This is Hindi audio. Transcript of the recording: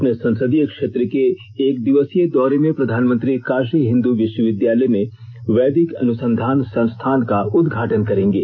अपने संसदीय क्षेत्र के एक दिवसीय दौरे में प्रधानमंत्री काशी हिन्दू विश्वविद्यालय में वैदिक अनुसंधान संस्थान का उद्घाटन करेंगे